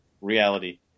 reality